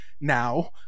now